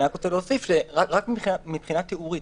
אני רק רוצה להוסיף רק מבחינה תיאורית,